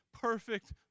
perfect